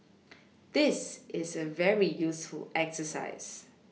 this is a very useful exercise